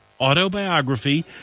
autobiography